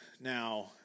now